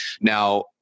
Now